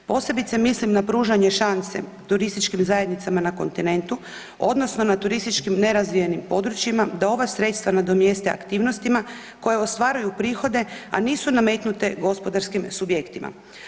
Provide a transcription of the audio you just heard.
Posebice mislim na pružanje šanse turističkim zajednicama na kontinentu odnosno na turističkim nerazvijenim područjima da ova sredstva nadomjeste aktivnostima koje ostvaruju prihode, a nisu nametnute gospodarskim subjektima.